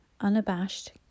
Unabashed